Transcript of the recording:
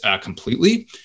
completely